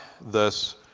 thus